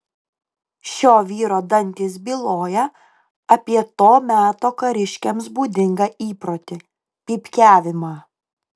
šio vyro dantys byloja apie to meto kariškiams būdingą įprotį pypkiavimą